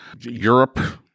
Europe